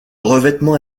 revêtement